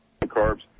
Carbs